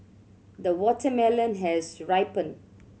the watermelon has ripened